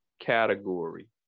category